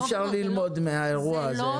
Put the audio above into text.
אי אפשר ללמוד מהאירוע הזה.